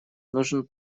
нужен